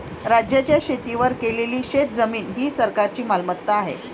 राज्याच्या शेतीवर केलेली शेतजमीन ही सरकारची मालमत्ता आहे